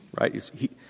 right